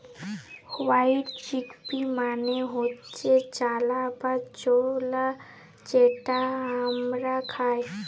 white chickpea মালে হচ্যে চালা বা ছলা যেটা হামরা খাই